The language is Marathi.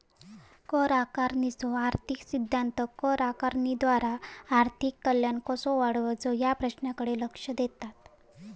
कर आकारणीचो आर्थिक सिद्धांत कर आकारणीद्वारा आर्थिक कल्याण कसो वाढवायचो या प्रश्नाकडे लक्ष देतत